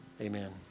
Amen